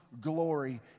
glory